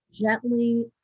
gently